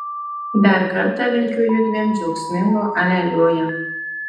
dar kartą linkiu judviem džiaugsmingo aleliuja